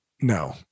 No